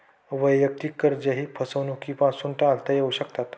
वैयक्तिक कर्जेही फसवणुकीपासून टाळता येऊ शकतात